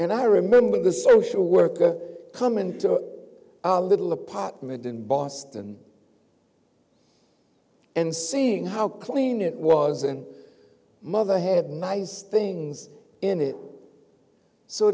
and i remember the social worker coming to our little apartment in boston and seeing how clean it was and mother had nice things in it so